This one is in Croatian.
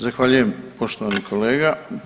Zahvaljujem poštovani kolega.